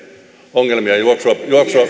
ongelmia